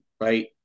right